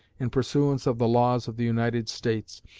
in pursuance of the laws of the united states,